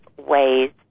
ways